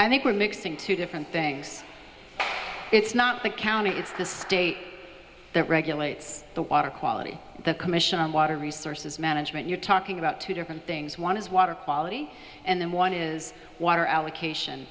i think we're mixing two different things it's not the county it's the state that regulates the water quality the commission on water resources management you're talking about two different things one is water quality and then one is water allocation